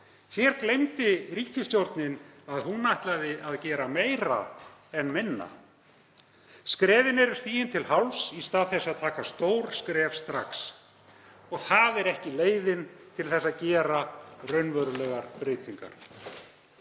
Hér gleymdi ríkisstjórnin að hún ætlaði að gera meira en minna. Skrefin eru stigin til hálfs í stað þess að taka stór skref strax. Og það er ekki leiðin til að gera raunverulegar breytingar.